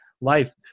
life